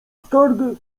skargę